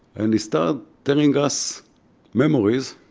and started telling us memories